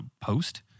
post